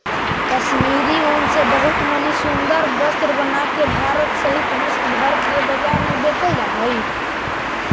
कश्मीरी ऊन से बहुत मणि सुन्दर वस्त्र बनाके भारत सहित विश्व भर के बाजार में बेचल जा हई